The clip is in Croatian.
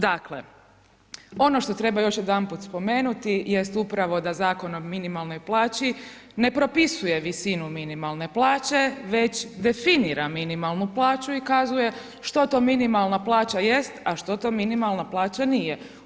Dakle, ono što treba još jedanput spomenuti jest upravo da Zakon o minimalnoj plaći ne propisuje visinu minimalne plaće već definira minimalnu plaću i kazuje što to minimalna plaća jest, a što to minimalna plaća nije.